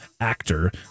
actor